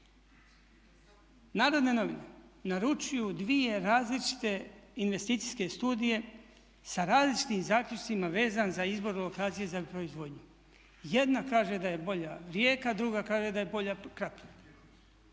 Narodne novine, naručuju dvije različite investicijske studije sa različitim zaključcima vezano za izbor lokacije za proizvodnju. Jedna kaže da je bolja Rijeka, druga kaže da je bolja Krapina.